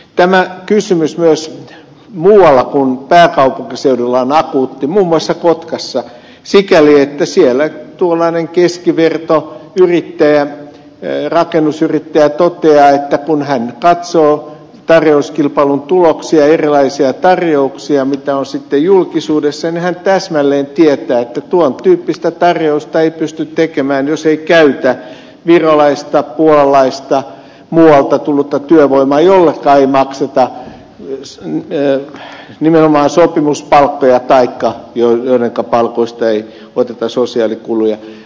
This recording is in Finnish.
tämä kysymys myös muualla kuin pääkaupunkiseudulla on akuutti muun muassa kotkassa sikäli että siellä tuollainen keskivertoyrittäjä rakennusyrittäjä toteaa että kun hän katsoo tarjouskilpailun tuloksia erilaisia tarjouksia mitä on sitten julkisuudessa niin hän täsmälleen tietää että tuon tyyppistä tarjousta ei pysty tekemään jos ei käytä virolaista puolalaista muualta tullutta työvoimaan jolle ei makseta nimenomaan sopimuspalkkoja taikka joiden palkoista ei oteta sosiaalikuluja